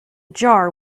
jar